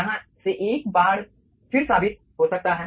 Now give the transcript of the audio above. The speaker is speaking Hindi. यहां से एक बार फिर साबित हो सकता है